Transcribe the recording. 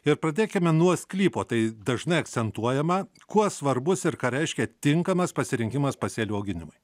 ir pradėkime nuo sklypo tai dažnai akcentuojama kuo svarbus ir ką reiškia tinkamas pasirinkimas pasėlių auginimui